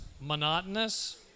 monotonous